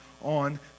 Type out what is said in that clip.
on